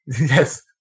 Yes